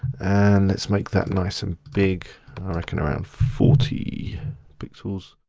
and let's make that nice and big, i reckon around forty pixels.